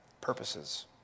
purposes